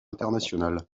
internationale